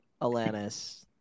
Alanis